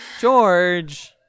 george